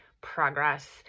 progress